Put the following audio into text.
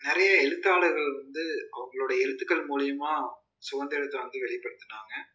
நிறைய எழுத்தாளர்கள் வந்து அவங்களுடைய எழுத்துக்கள் மூலிமா சுதந்திரத்த வந்து வெளிப்படுத்தினாங்க